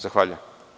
Zahvaljujem.